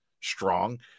strong